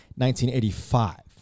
1985